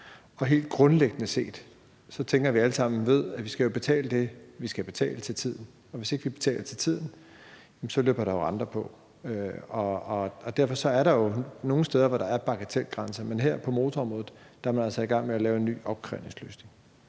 og helt grundlæggende set tænker jeg, at vi alle sammen ved, at vi jo skal betale det, vi skal betale, til tiden, og hvis ikke vi betaler til tiden, løber der renter på. Derfor er der nogle steder, hvor der er bagatelgrænser, men her på motorområdet er man altså i gang med at lave en ny opkrævningsløsning.